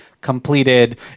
completed